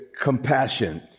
compassion